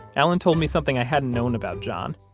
allen told me something i hadn't known about john.